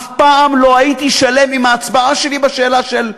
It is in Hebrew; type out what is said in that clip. אף פעם לא הייתי שלם עם ההצבעה שלי בשאלה של גוש-קטיף.